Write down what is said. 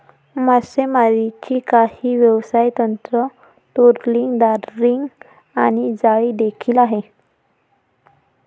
मासेमारीची काही व्यवसाय तंत्र, ट्रोलिंग, ड्रॅगिंग आणि जाळी देखील आहे